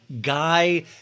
guy